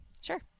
Sure